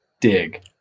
dig